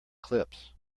clips